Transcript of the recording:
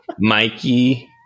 Mikey